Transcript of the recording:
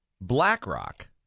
BlackRock